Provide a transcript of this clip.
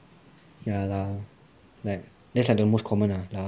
ya like that's like the most common lah lah